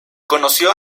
conoció